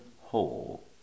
whole